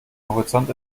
horizont